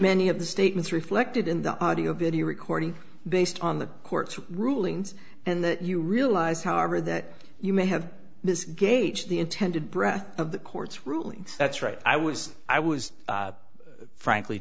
many of the statements reflected in the audio video recording based on the court's rulings and that you realize however that you may have mis gauge the intended breath of the court's rulings that's right i was i was frankly